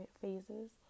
phases